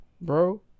bro